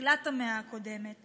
מתחילת המאה הקודמת.